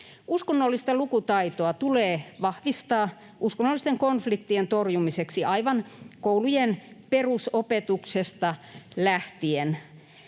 Uskonnollista lukutaitoa tulee vahvistaa uskonnollisten konfliktien torjumiseksi aivan koulujen perusopetuksesta lähtien.